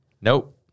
Nope